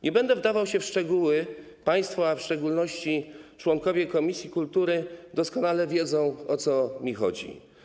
Nie będę wdawał się w szczegóły, państwo, a w szczególności członkowie komisji kultury doskonale wiedzą, o co mi chodzi.